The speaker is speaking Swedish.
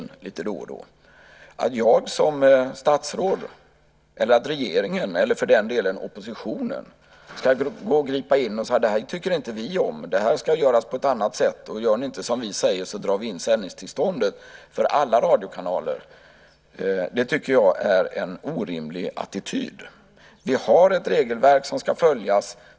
Jag tycker att det är en orimlig attityd att jag som statsråd, att regeringen eller, för den delen, oppositionen ska gripa in och säga: Det här tycker inte vi om. Det här ska göras på annat sätt. Gör ni inte som vi säger drar vi in sändningstillståndet för alla radiokanaler. Vi har ett regelverk som ska följas.